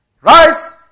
Rise